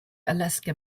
alaska